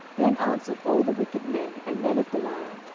then answered all the wicked men and men of belial,